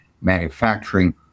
manufacturing